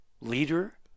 Leader